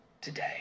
today